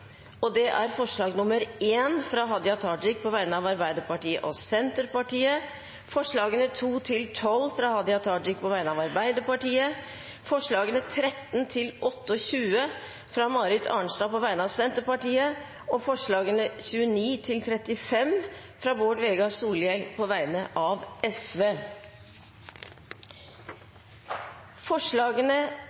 i alt 35 forslag. Det er forslag nr. 1, fra Hadia Tajik på vegne av Arbeiderpartiet og Senterpartiet forslagene nr. 2–12, fra Hadia Tajik på vegne av Arbeiderpartiet forslagene nr. 13–28, fra Marit Arnstad på vegne av Senterpartiet forslagene nr. 29–35, fra Bård Vegar Solhjell på vegne av Sosialistisk Venstreparti Det voteres først over forslagene